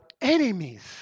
enemies